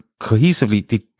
cohesively